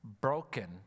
broken